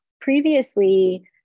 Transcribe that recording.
Previously